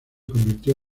convirtió